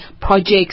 projects